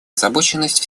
озабоченности